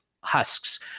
husks